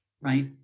right